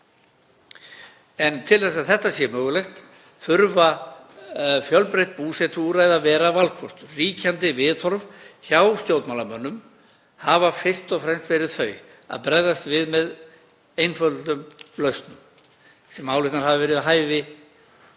En til þess að þetta sé mögulegt þurfa fjölbreytt búsetuúrræði að vera valkostur. Ríkjandi viðhorf hjá stjórnmálamönnum hafa fyrst og fremst verið þau að bregðast við með einföldum lausnum sem álitnar hafa verið við hæfi,